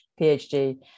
PhD